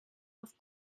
auf